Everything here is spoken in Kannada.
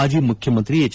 ಮಾಜಿ ಮುಖ್ಜಮಂತ್ರಿ ಎಚ್